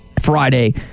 Friday